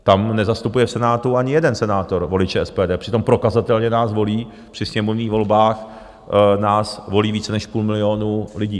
Tam nezastupuje v Senátu ani jeden senátor voliče SPD, přitom prokazatelně nás volí při sněmovních volbách více než půl milionu lidí.